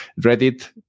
Reddit